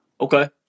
Okay